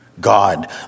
God